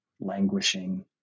languishing